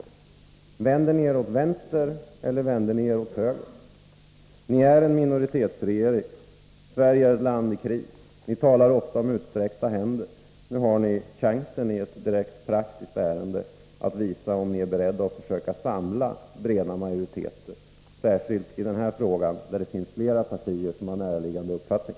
Vänder ni socialdemokrater er åt vänster, eller vänder ni er åt höger? Ni har en minoritetsregering. Sverige är ett land i kris. Ni talar ofta om utsträckta händer. Nu har ni chansen att i ett direkt praktiskt ärende visa om ni är beredda att försöka samla en bred majoritet, särskilt i denna fråga, där det finns flera partier som har ungefär samma uppfattning.